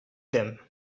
them